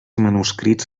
manuscrits